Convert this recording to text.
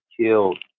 killed